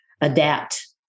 adapt